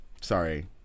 Sorry